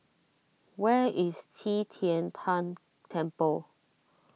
where is Qi Tian Tan Temple